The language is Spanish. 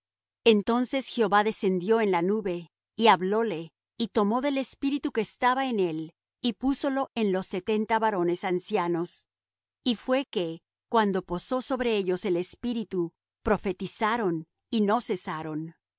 entonces jehová descendió en la nube y hablóle y tomó del espíritu que estaba en él y púsolo en los setenta varones ancianos y fué que cuando posó sobre ellos el espíritu profetizaron y no cesaron